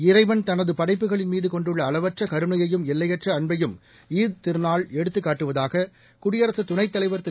இறைவன் தனதுபடைப்புகளின் மீதுகொண்டுள்ளஅளவற்றகருணையையும் எல்லையற்றஅன்பையும் ஈத் திருநாள் எடுத்துக் காட்டுவதாககுடியரசுதுணைத் தலைவர் திரு